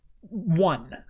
one